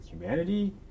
humanity